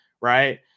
right